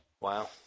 Wow